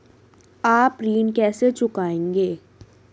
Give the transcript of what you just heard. आप ऋण कैसे चुकाएंगे?